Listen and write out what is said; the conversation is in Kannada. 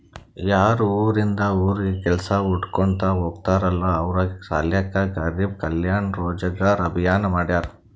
ಯಾರು ಉರಿಂದ್ ಉರಿಗ್ ಕೆಲ್ಸಾ ಹುಡ್ಕೋತಾ ಹೋಗ್ತಾರಲ್ಲ ಅವ್ರ ಸಲ್ಯಾಕೆ ಗರಿಬ್ ಕಲ್ಯಾಣ ರೋಜಗಾರ್ ಅಭಿಯಾನ್ ಮಾಡ್ಯಾರ್